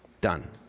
Done